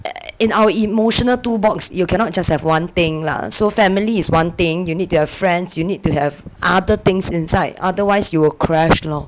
in our emotional toolbox you cannot just have one thing lah so family is one thing you need to have friends you need to have other things inside otherwise you will crash lor